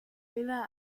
villa